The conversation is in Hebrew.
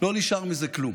לא נשאר מזה כלום.